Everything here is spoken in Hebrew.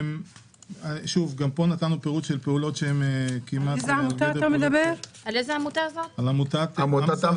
מעבר לזה שיש גם פעילות פלילית של אחד מהוועד המנהל של העמותה,